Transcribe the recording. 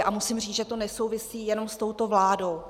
A musím říct, že to nesouvisí jenom s touto vládou.